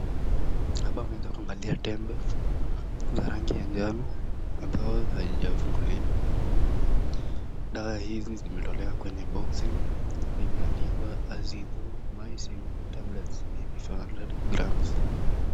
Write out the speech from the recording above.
Hapa unaweza kuangalia tembe, za rangi ya njano ambayo haijafunguliwa, dawa hizi zimetolewa kwenye (cs) box(cs) ambayo imeandikwa (cs) Azithromycin tablet IP 500grams (cs)